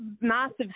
massive